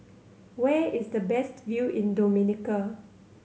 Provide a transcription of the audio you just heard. where is the best view in Dominica